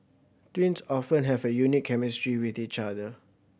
twins often have a unique chemistry with each other